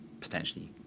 potentially